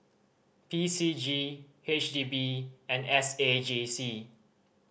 P C G H D B and S A J C